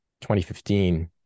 2015